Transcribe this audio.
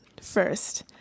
first